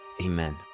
amen